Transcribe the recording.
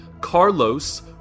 Carlos